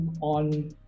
on